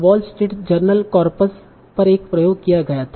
wall Street Journal corpus पर एक प्रयोग किया गया था